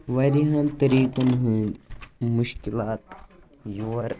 واریاہَن طریٖقَن ہٕندۍ مُشکِلات یور